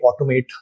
automate